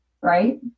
right